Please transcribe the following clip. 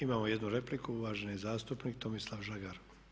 Imamo jednu repliku, uvaženi zastupnik Tomislav Žagar.